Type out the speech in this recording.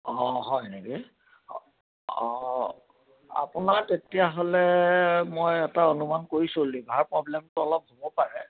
অঁ অঁ হয় নেকি অঁ আপোনাৰ তেতিয়াহ'লে মই এটা অনুমান কৰিছোঁ লিভাৰ প্ৰব্লেমটো অলপ হ'ব পাৰে